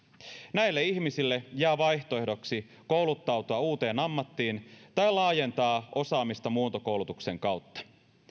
näille ihmisille jää vaihtoehdoksi kouluttautua uuteen ammattiin tai laajentaa osaamista muuntokoulutuksen kautta